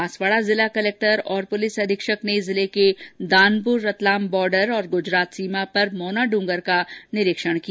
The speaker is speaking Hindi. बांसवाड़ा जिला कलेक्टर और जिला पुलिस अधीक्षक ने जिले के दानपुर रतलाम बॉर्डर और गुजरात सीमा पर मोना डूंगर का निरीक्षण किया